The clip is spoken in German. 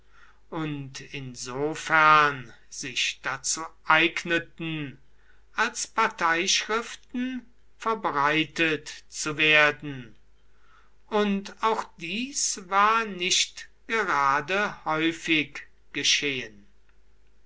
und insofern sich dazu eigneten als parteischriften verbreitet zu werden und auch dies war nicht gerade häufig geschehen